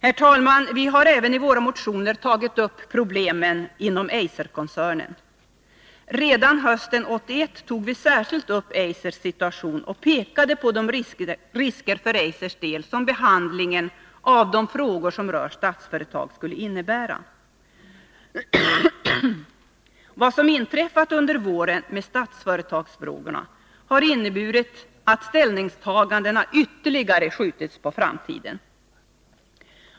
Vi har även, herr talman, i våra motioner tagit upp problemen inom Eiserkoncernen. Redan hösten 1981 tog vi särskilt upp Eisers situation och pekade på de risker för Eisers del som behandlingen av de frågor som rör Statsföretag skulle innebära. Vad som inträffat under våren med Statsföretagsfrågorna har inneburit att ställningstagandena ytterligare skjutits på framtiden.